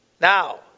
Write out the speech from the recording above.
Now